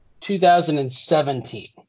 2017